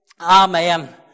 Amen